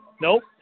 Nope